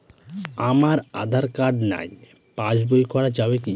আমার আঁধার কার্ড নাই passbook করা যাবে কি?